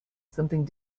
something